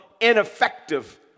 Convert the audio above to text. ineffective